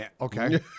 Okay